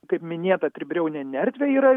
kaip minėta tribriaunė nerdvė yra